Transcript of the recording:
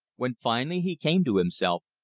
when finally he came to himself,